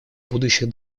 будущих